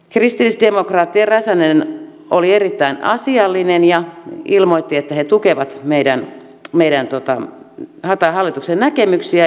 kristillisdemokraatti räsänen oli erittäin asiallinen ja ilmoitti että he tukevat hallituksen näkemyksiä